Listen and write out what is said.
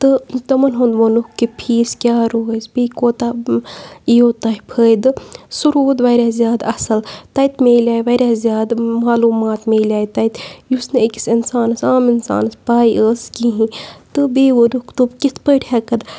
تہٕ تِمَن ہُنٛد ووٚنُکھ کہِ فیٖس کیٛاہ روزِ بیٚیہِ کوتاہ یِیو تۄہہِ فٲیدٕ سُہ روٗد واریاہ زیادٕ اَصٕل تَتہِ مِلے واریاہ زیادٕ معلوٗمات میلے تَتہِ یُس نہٕ أکِس اِنسانَس عام اِنسانَس پَے ٲس کِہیٖنۍ تہٕ بیٚیہِ ووٚنُکھ تٕم کِتھ پٲٹھۍ ہٮ۪کَن